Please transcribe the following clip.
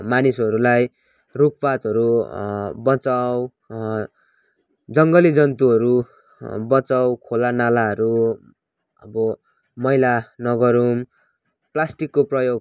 मानिसहरूलाई रुखपातहरू बचाऔँ जङ्गली जन्तुहरू बचाऔँ खोलानालाहरू अब मैला नगरौँ प्लास्टिकको प्रयोग